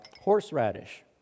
horseradish